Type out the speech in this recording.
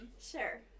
Sure